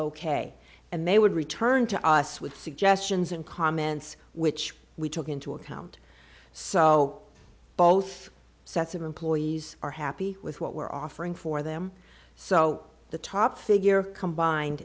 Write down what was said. ok and they would return to us with suggestions and comments which we took into account so both sets of employees are happy with what we're offering for them so the top figure combined